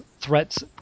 Threats